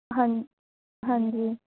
ਹਾਂ ਹਾਂਜੀ